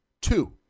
two